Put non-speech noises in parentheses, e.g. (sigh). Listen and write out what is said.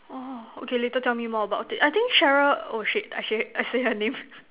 orh okay later tell me more about it I think Sheryl oh shit I say I say her name (laughs)